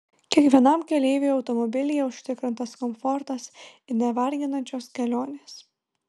kiekvienam keleiviui automobilyje užtikrintas komfortas ir nevarginančios kelionės